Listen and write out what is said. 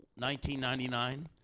1999